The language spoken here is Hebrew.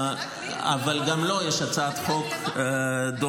אבל גם לו יש הצעת חוק דומה,